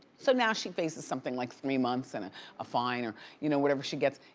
so now she faces something like three months and a fine or you know whatever she gets.